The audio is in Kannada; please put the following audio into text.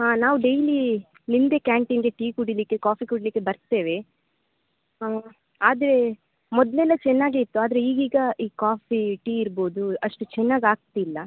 ಹಾಂ ನಾವು ಡೈಲೀ ನಿಮ್ಮದೇ ಕ್ಯಾಂಟೀನ್ಗೆ ಟೀ ಕುಡಿಯಲಿಕ್ಕೆ ಕಾಫಿ ಕುಡಿಯಲಿಕ್ಕೆ ಬರ್ತೇವೆ ಆದರೆ ಮೊದಲೆಲ್ಲ ಚೆನ್ನಾಗಿತ್ತು ಆದರೆ ಈಗೀಗ ಈ ಕಾಫಿ ಟೀ ಇರ್ಬೋದು ಅಷ್ಟು ಚೆನ್ನಾಗಿ ಆಗ್ತಿಲ್ಲ